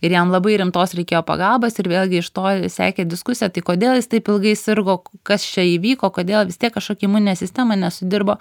ir jam labai rimtos reikėjo pagalbos ir vėlgi iš to sekė diskusija tai kodėl jis taip ilgai sirgo kas čia įvyko kodėl vis tiek kažkokia imuninė sistema nesudirbo